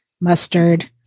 mustard